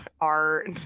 art